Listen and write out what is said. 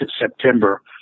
September